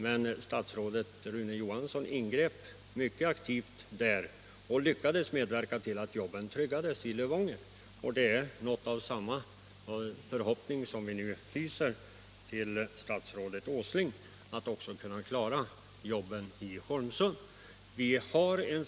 Men statsrådet Rune Johansson var mycket aktiv och lyckades medverka till att jobben tryggades i Lövånger. Nu hyser vi något av samma förhoppning när det gäller statsrådet Åslings förmåga att klara jobben i Holmsund.